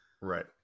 Right